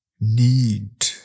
need